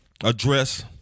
address